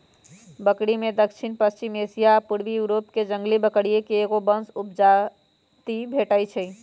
बकरिमें दक्षिणपश्चिमी एशिया आ पूर्वी यूरोपके जंगली बकरिये के एगो वंश उपजाति भेटइ हइ